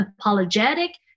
apologetic